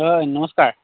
হয় নমস্কাৰ